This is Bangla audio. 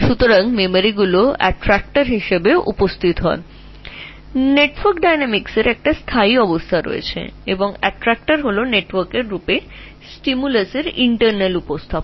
অর্থাৎ স্মৃতিগুলি আকর্ষক হিসাবে প্রতিনিধিত্ব করে সেখানে নেটওয়ার্কের গতিশীলতার স্থিতিশীল অবস্থা রয়েছে এবং এখানে আকর্ষক হল নেটওয়ার্ক আকারে উদ্দীপনাটির অভ্যন্তরীণ প্রতিনিধিত্ব